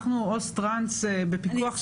אנחנו עו"ס טרנס בפיקוח שלכם,